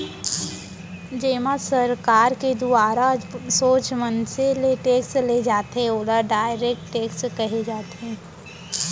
जेमा सरकार के दुवारा सोझ मनसे ले टेक्स ले जाथे ओला डायरेक्ट टेक्स कहे जाथे